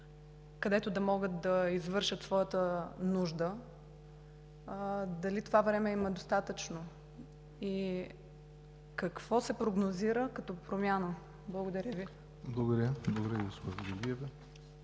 където да могат да извършат своята нужда? Дали това време им е достатъчно? Какво се прогнозира като промяна? Благодаря Ви.